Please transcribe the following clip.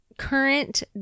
current